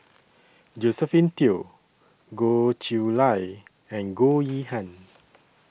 Josephine Teo Goh Chiew Lye and Goh Yihan